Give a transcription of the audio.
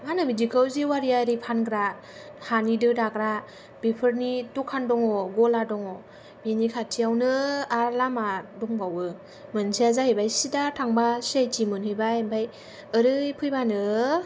मा होनो बिदिखौ जेवारि आरि फानग्रा हानि दो दाग्रा बेफोरनि दखान दङ' ग'ला दङ' बेनि खाथियावनो आरो लामा दंबावो मोनसेया जाहैबाय सिदा थांब्ला सि आइ टि मोनहैबाय ओमफाय ओरै फैब्लानो